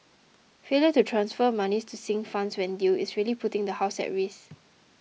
failure to transfer monies to sinking funds when due is really putting the house at risk